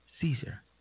Caesar